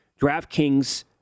DraftKings